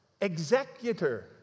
executor